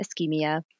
ischemia